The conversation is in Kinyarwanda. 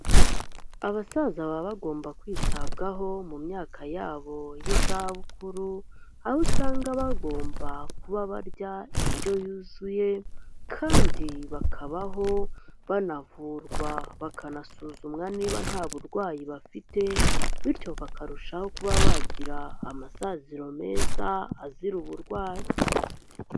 Abasaza baba bagomba kwitabwaho, mu myaka yabo y'izabukuru, aho usanga bagomba kuba barya indyo yuzuye, kandi bakabaho banavurwa, bakanasuzumwa niba nta burwayi bafite, bityo bakarushaho kuba bagira amasaziro meza, azira uburwayi.